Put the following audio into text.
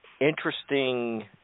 Interesting